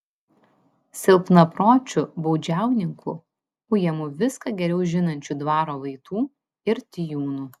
silpnapročiu baudžiauninku ujamu viską geriau žinančių dvaro vaitų ir tijūnų